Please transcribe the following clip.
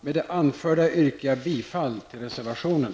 Med det anförda yrkar jag bifall till reservationen.